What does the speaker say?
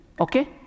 Okay